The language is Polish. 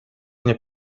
nie